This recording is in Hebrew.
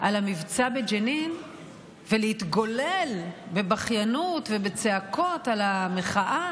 על המבצע בג'נין ולהתגולל בבכיינות ובצעקות על המחאה,